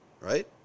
right